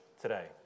today